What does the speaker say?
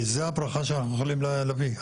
זה הברכה שאנחנו יכולים להביא.